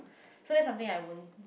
so that's something I won't